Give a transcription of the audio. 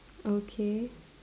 okay